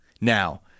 Now